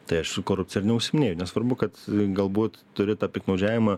tai aš korupcija ir neužsiiminėju nesvarbu kad galbūt turi tą piktnaudžiavimą